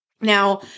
Now